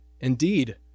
Indeed